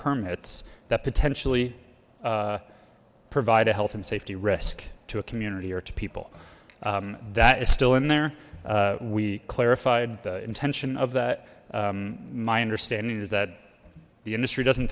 permits that potentially provide a health and safety risk to a community or to people that is still in there we clarified the intention of that my understanding is that the industry doesn't